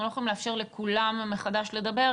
אנחנו לא יכולים לאפשר לכולם מחדש לדבר,